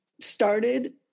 started